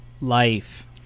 life